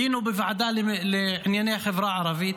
היינו בוועדה לענייני החברה הערבית,